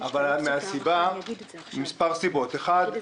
וזאת ממספר סיבות: ראשית,